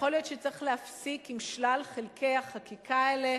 יכול להיות שצריך להפסיק עם שלל חלקי החקיקה האלה,